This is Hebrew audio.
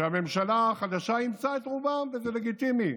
והממשלה החדשה אימצה את רובם, וזה לגיטימי,